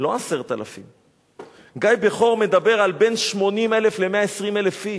לא 10,000. גיא בכור מדבר על בין 80,000 ל-120,000 איש.